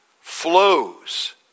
flows